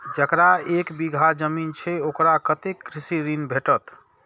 जकरा एक बिघा जमीन छै औकरा कतेक कृषि ऋण भेटत?